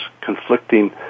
conflicting